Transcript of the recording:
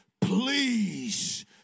please